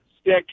stick